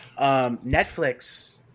Netflix